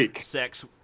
sex